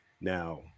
Now